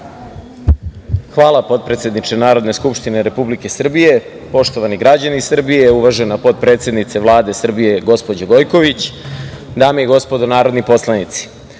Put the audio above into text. Hvala, potpredsedniče Narodne skupštine Republike Srbije. Poštovani građani Srbije, uvažena potpredsednice Vlade Srbije, gospođo Gojković, dame i gospodo narodni poslanici,